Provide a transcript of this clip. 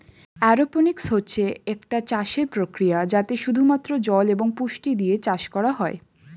aeroponics হচ্ছে একটা চাষের প্রক্রিয়া যাতে শুধু মাত্র জল এবং পুষ্টি দিয়ে চাষ করা হয়